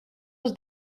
was